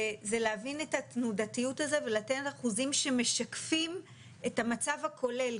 להבין את התנודתיות הזו ולתת אחוזים שמשקפים את המצב הכולל,